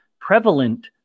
prevalent